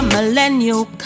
Millennial